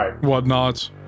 whatnot